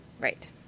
Right